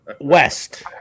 West